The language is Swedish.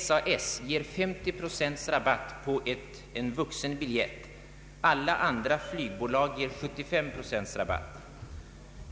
SAS ger 50 procents rabatt på en vuxenbiljett — alla andra flygbolag ger 75 procents rabatt.